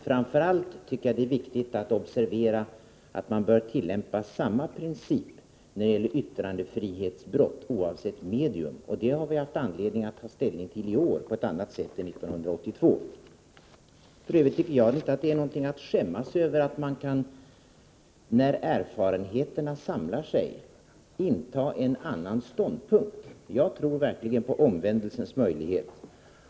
Framför allt tycker jag att det är viktigt att observera att man bör tillämpa samma principer när det gäller yttrandefrihetsbrott oavsett medium. Det har vi haft franledning att ta ställning till i år på ett annat sätt än 1982. För övrigt tycker jag inte att det är något att skämmas över att man intar en annan ståndpunkt, när erfarenheterna samlar sig. Jag tror verkligen på omvändelsens möjlighet.